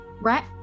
Right